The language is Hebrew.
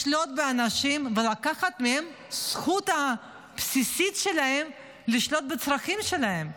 לשלוט באנשים ולקחת מהם את הזכות הבסיסית שלהם לשלוט בצרכים שלהם.